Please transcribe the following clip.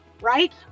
right